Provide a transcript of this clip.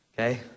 okay